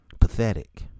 pathetic